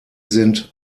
sind